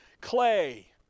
Clay